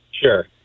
Sure